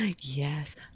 Yes